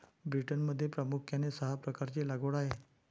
ब्रिटनमध्ये प्रामुख्याने सहा प्रकारची लागवड आहे